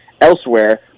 elsewhere